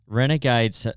renegades